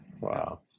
Wow